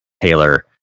Taylor